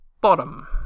bottom